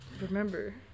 remember